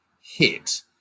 hit